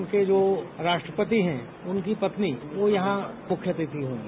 उनके जो राष्ट्रपति है उनकी पत्नी यहां मुख्य अतिथि होगी